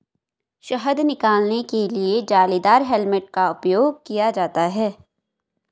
शहद निकालने के लिए जालीदार हेलमेट का उपयोग किया जाता है